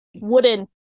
Wooden